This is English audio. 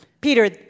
Peter